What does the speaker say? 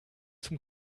zum